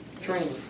training